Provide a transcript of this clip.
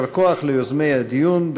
יישר כוח ליוזמי הדיון,